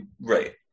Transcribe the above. Right